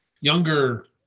younger